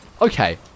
okay